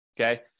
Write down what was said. okay